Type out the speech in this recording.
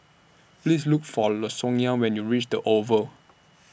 Please Look For Lasonya when YOU REACH The Oval